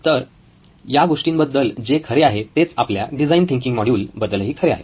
तर या गोष्टींबद्दल जे खरे आहे तेच आपल्या डिझाईन थिंकींग मॉड्यूल बद्दलही खरे आहे